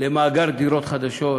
למאגר דירות חדשות,